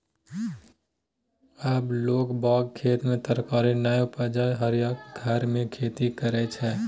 आब लोग बाग खेत मे तरकारी नै उपजा हरियरका घर मे खेती करय छै